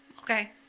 Okay